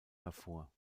hervor